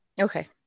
Okay